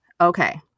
Okay